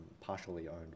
partially-owned